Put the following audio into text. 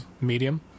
medium